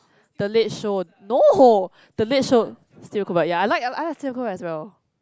the Late Show no the Late Show Stephen-Colbert ya I like I like Stephen-Colbert as well